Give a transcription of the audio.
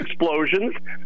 explosions